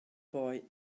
boy